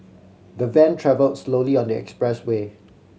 the van travelled slowly on the expressway